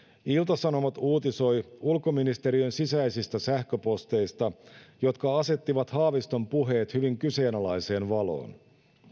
ilta sanomat uutisoi vuorostaan ulkoministeriön sisäisistä sähköposteista jotka asettivat haaviston puheet hyvin kyseenalaiseen valoon